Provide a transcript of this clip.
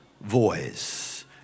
voice